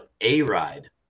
A-RIDE